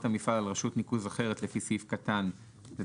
המפעל על רשות ניקוז אחרת לפי סעיף קטן (ה),